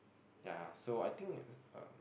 ya so I think uh